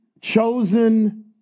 chosen